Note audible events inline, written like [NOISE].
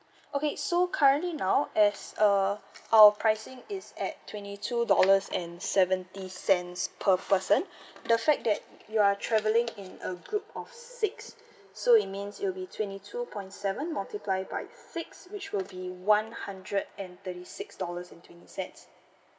okay so currently now as uh our pricing is at twenty two dollars and seventy cents per person [BREATH] the fact that you are travelling in a group of six so it means it'll be twenty two point seven multiply by six which will be one hundred and thirty six dollars and twenty cents